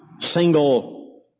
single